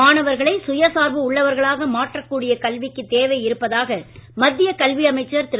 மாணவர்களை சுய சார்பு உள்ளவர்களாக மாற்றக் கூடிய கல்விக்கு தேவை இருப்பதாக மத்திய கல்வி அமைச்சர் திரு